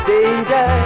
Danger